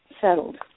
settled